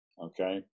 Okay